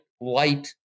light